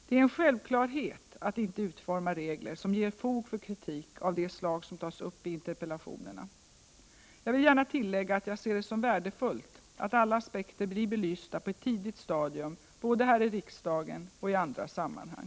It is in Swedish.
Det är en självklarhet att 9 december 1988 inte utforma regler som ger fog för kritik av det slag som tas upp i interpellationerna. Jag vill gärna tillägga att jag ser det som värdefullt att alla aspekter blir belysta på ett tidigt stadium både här i riksdagen och i andra sammanhang.